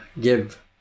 give